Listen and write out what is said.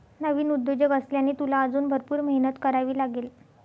नवीन उद्योजक असल्याने, तुला अजून भरपूर मेहनत करावी लागेल